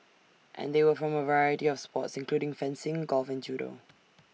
and they were from A variety of sports including fencing golf and judo